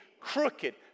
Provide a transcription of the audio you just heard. crooked